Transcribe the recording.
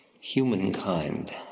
humankind